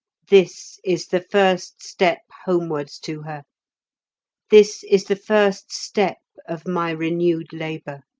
this is the first step homewards to her this is the first step of my renewed labour.